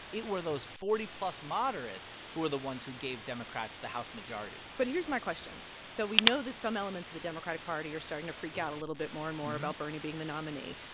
it were those forty plus moderates who are the ones who gave democrats the house majority but here's my question. so we know that some elements of the democratic party are starting to freak out a little bit more and more about bernie being the nominee.